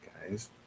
guys